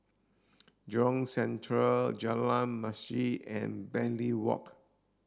Jurong Central Jalan Masjid and Bartley Walk